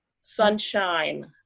sunshine